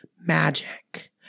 magic